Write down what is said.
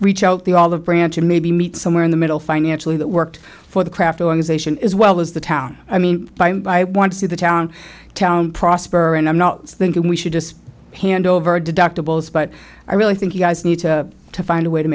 reach out the all the branch and maybe meet somewhere in the middle financially that worked for the craft organization is well is the town i mean by i want see the town town prosper and i'm not thinking we should just hand over deductibles but i really think you guys need to find a way to